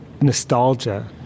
nostalgia